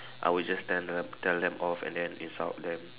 I will just tell them tell them off and then insult them